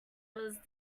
was